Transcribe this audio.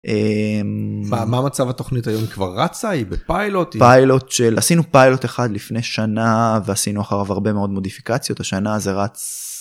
מה מצב התוכנית היום? היא כבר רצה? היא בפיילוט? פיילוט של... עשינו פיילוט אחד לפני שנה ועשינו אחריו הרבה מאוד מודיפיקציות השנה זה רץ.